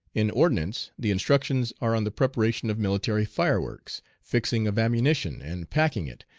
in ordnance the instructions are on the preparation of military fireworks, fixing of ammunition and packing it,